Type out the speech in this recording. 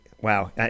Wow